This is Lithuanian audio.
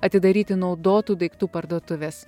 atidaryti naudotų daiktų parduotuvės